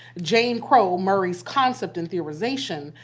jane crow, murray's concept and theorization,